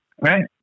Right